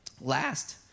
Last